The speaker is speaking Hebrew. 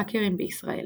האקרים בישראל